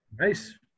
Nice